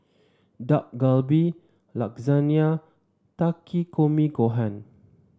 Dak Galbi Lasagne Takikomi Gohan